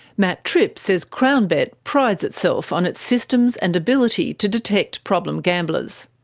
matt tripp says crownbet prides itself on its systems and ability to detect problem gamblers.